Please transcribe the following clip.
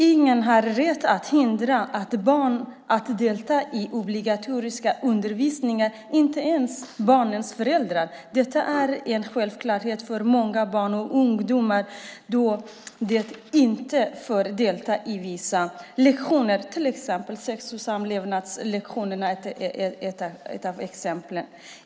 Ingen har rätt att hindra att barn deltar i obligatorisk undervisning, inte ens barnens föräldrar. Men att så sker är en självklarhet för många barn och ungdomar då de inte får delta i vissa lektioner, till exempel sex och samlevnadslektioner.